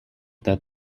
that